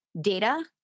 data